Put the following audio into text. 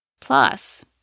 Plus